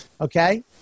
Okay